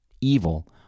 evil